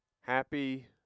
Happy